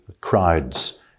crowds